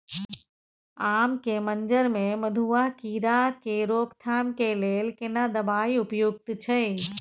आम के मंजर में मधुआ कीरा के रोकथाम के लेल केना दवाई उपयुक्त छै?